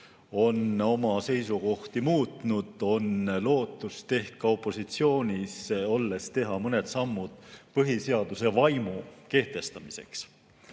on oma seisukohti muutnud, on lootust ehk ka opositsioonis olles teha mõned sammud põhiseaduse vaimu kehtestamiseks.